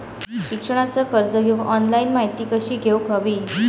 शिक्षणाचा कर्ज घेऊक ऑनलाइन माहिती कशी घेऊक हवी?